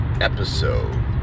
episode